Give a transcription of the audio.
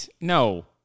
no